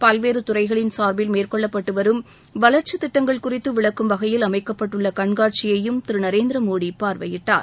பல்வேறு துறைகளின் சார்பில் மேற்கொள்ளப்பட்டு வரும் வளர்க்சி திட்டங்கள் குறித்து விளக்கும் வகையில் அமைக்கப்பட்டுள்ள கண்காட்சியையும் திரு நரேந்திரமோடி பார்வையிட்டார்